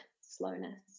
slowness